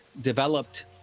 developed